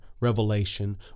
revelation